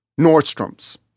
Nordstrom's